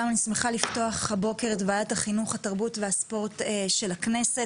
ישיבת ועדת החינוך, התרבות והספורט של הכנסת.